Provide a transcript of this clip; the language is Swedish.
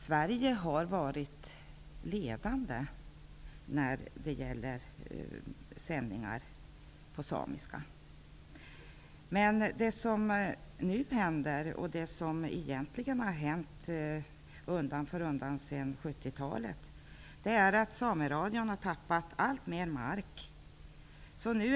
Sverige har varit ledande när det gällt sändningar på samiska. Men det som nu händer, och som egentligen har hänt undan för undan sedan 70-talet, är att Sameradion har tappat alltmer mark.